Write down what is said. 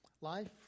Life